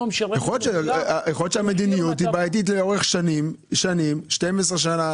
יכול להיות שהמדיניות היא בעייתית לאורך שנים 12 שנים,